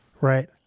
right